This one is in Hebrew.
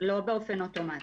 לא באופן אוטומטי.